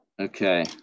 Okay